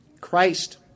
Christ